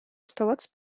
оставаться